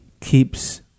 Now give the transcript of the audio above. keeps